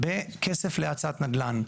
בכסף להאצת נדל"ן.